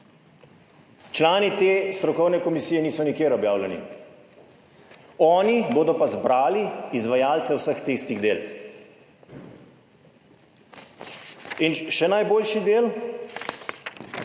Člani te strokovne komisije niso nikjer objavljeni. Oni bodo pa zbrali izvajalce vseh tistih del. In še najboljši del